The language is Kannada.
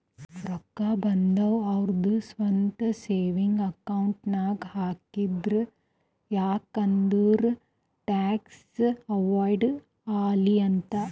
ರೊಕ್ಕಾ ಬಂದಿವ್ ಅವ್ರದು ಸ್ವಂತ ಸೇವಿಂಗ್ಸ್ ಅಕೌಂಟ್ ನಾಗ್ ಹಾಕ್ತಾರ್ ಯಾಕ್ ಅಂದುರ್ ಟ್ಯಾಕ್ಸ್ ಅವೈಡ್ ಆಲಿ ಅಂತ್